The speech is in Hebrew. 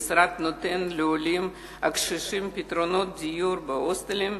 המשרד נותן לעולים הקשישים פתרונות דיור בהוסטלים,